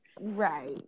Right